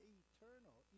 eternal